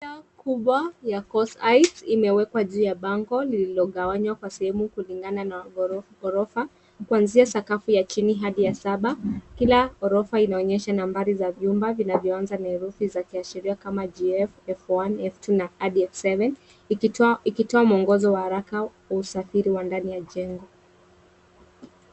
Bidhaa kubwa ya, kose heights, imewekwa juu ya bango kubwa lililogawanywa kwa sehemu kulingana na ghorofa kuanzia sakafu ya chini hadi ya saba. Kila ghorofa inaonyesha nambari ya vyumba vinavyoanza na herufi yakiashiria kama,G,F one,F two, hadi F seven ikitoa mwongozo wa haraka wa usafiri ndani ya jengo.